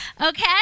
Okay